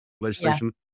legislation